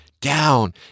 down